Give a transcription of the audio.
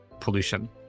pollution